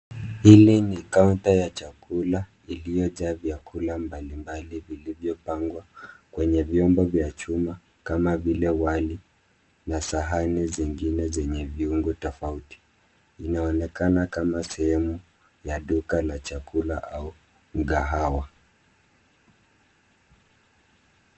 Hili ni kaunta ya chakula iliyojaa vyakula mbali mbali vilivyopangwa kwenye vyombo vya chuma, kama vile wali na sahani zingine zenye viungo tofauti. Inaonekana kama sehemu ya duka la chakula au mkahawa.